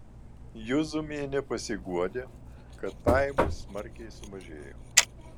juzumienė pasiguodė kad pajamos smarkiai sumažėjo